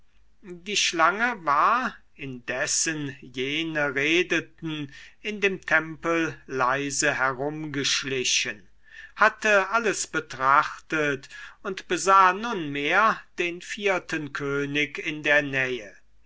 die schlange war indessen jene redeten in dem tempel leise herumgeschlichen hatte alles betrachtet und besah nunmehr den vierten könig in der nähe